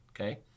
Okay